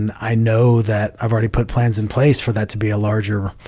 and i know that i've already put plans in place for that to be a larger,